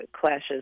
clashes